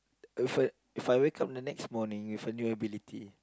if I If I wake up the next morning with a new ability